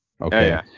Okay